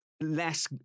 less